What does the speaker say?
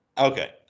Okay